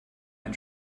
ein